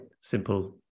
simple